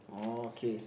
oh okay